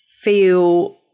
feel